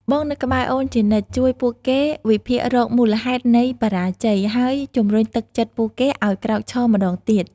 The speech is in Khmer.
បងនៅក្បែរអូនជានិច្ច! ជួយពួកគេវិភាគរកមូលហេតុនៃបរាជ័យ ហើយជំរុញទឹកចិត្តពួកគេឲ្យក្រោកឈរម្តងទៀត។